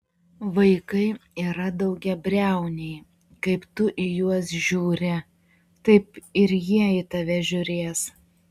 vaikai yra daugiabriauniai kaip tu į juos žiūri taip ir jie į tave žiūrės